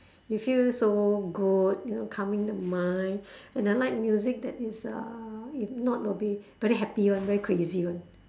you feel so good you know calming the mind and I like music that is uh if not will be very happy one very crazy one